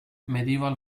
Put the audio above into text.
medieval